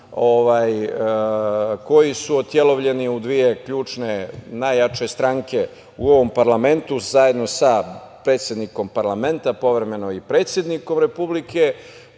koji su otelovljeni u dve ključne najjače stranke u ovom parlamentu zajedno sa predsednikom parlamenta, povremeno i predsednikom Republike,